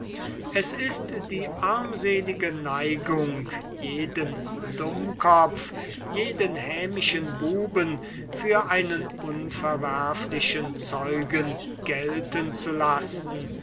es ist die armselige neigung jeden dummkopf jeden hämischen buben für einen unverwerflichen zeugen gelten zu lassen